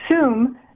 assume